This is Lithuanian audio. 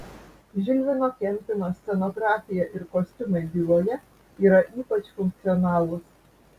žilvino kempino scenografija ir kostiumai byloje yra ypač funkcionalūs